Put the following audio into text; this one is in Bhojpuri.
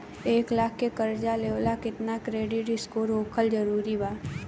एक लाख के कर्जा लेवेला केतना क्रेडिट स्कोर होखल् जरूरी बा?